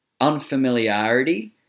unfamiliarity